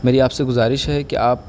میری آپ سے گزارش ہے کہ آپ